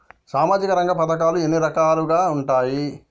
సామాజిక రంగ పథకాలు ఎన్ని రకాలుగా ఉంటాయి?